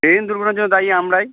train দুর্ঘটনার জন্য দায়ী আমরাই